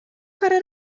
chwarae